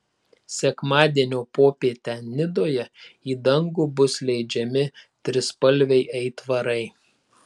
sekmadienio popietę nidoje į dangų bus leidžiami trispalviai aitvarai